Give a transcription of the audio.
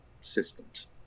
systems